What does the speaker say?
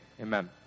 amen